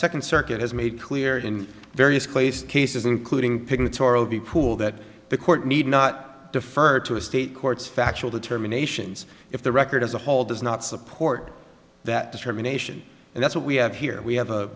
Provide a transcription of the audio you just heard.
second circuit has made clear in various places cases including pictorial vipul that the court need not defer to a state courts factual determination if the record as a whole does not support that determination and that's what we have here we have a